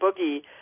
Boogie